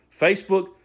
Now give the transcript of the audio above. Facebook